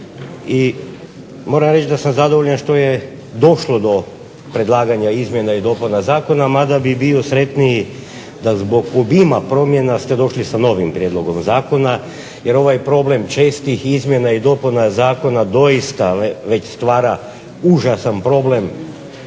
i moram reći da sam zadovoljan što je došlo do predlaganja izmjena i dopuna zakona mada bi bio sretniji da zbog obima promjena ste došli sa novim prijedlogom zakona. Jer ovaj problem čestih izmjena i dopuna zakona doista već stvara užasan problem